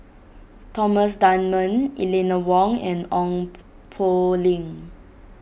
Thomas Dunman Eleanor Wong and Ong Poh Lim